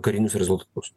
karinius rezultatus